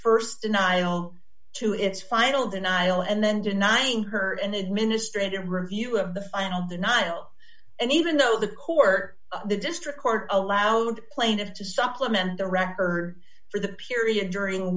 its st denial to its final denial and then denying her an administrative review of the final denial and even though the court the district court of allowed the plaintiff to supplement the record for the period during